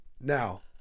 Now